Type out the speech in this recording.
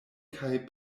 kaj